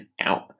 out